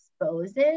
exposes